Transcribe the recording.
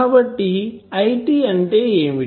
కాబట్టి IT అంటే ఏమిటి